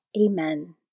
Amen